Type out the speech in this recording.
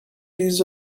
means